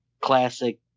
classic